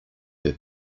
her